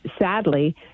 sadly